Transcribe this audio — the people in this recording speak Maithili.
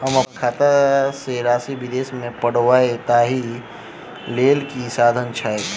हम अप्पन खाता सँ राशि विदेश मे पठवै ताहि लेल की साधन छैक?